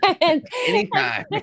Anytime